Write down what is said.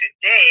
today